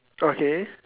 okay